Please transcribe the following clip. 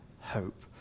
hope